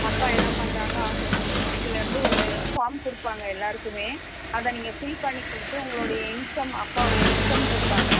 அப்பா என்ன பண்ணுறாங்க ஆக்குபேஷன் இதுலருந்து ஒரு ஃபார்ம் கொடுப்பாங்க எல்லாருக்குமே அதை நீங்கள் ஃபில் பண்ணி கொடுத்து உங்களுடைய இன்கம் அப்பாவுடைய இன்கம் கேட்பாங்க